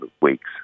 weeks